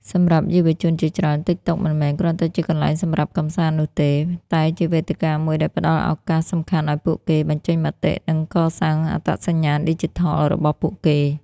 សម្រាប់យុវជនជាច្រើន TikTok មិនមែនគ្រាន់តែជាកន្លែងសម្រាប់កម្សាន្តនោះទេ តែជាវេទិកាមួយដែលផ្ដល់ឱកាសសំខាន់ឲ្យពួកគេ បញ្ចេញមតិ និង កសាងអត្តសញ្ញាណឌីជីថល របស់ពួកគេ។